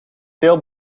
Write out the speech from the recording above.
veel